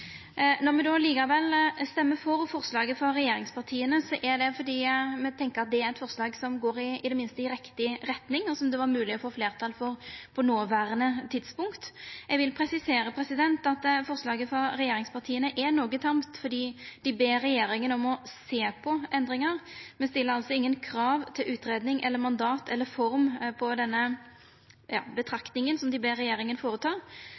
Når me likevel stemmer for forslaget frå regjeringspartia, er det fordi me tenkjer det er eit forslag som i det minste går i rett retning, og som det er mogleg å få fleirtal for på noverande tidspunkt. Eg vil presisera at forslaget frå regjeringspartia er noko tamt fordi dei ber regjeringa sjå på endringar, men stiller altså ingen krav til utgreiing, mandat eller form på denne betraktninga som dei ber regjeringa